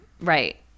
Right